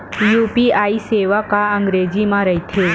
UPI सेवा का अंग्रेजी मा रहीथे?